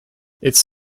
its